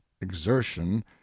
exertion